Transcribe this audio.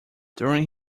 during